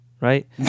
right